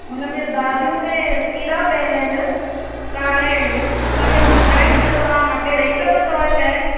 उनमें दालियुनि में कीड़ा पयल इन त हाणे असांखे मटराइणी आ त तां मटे ॾेई सघंदव शै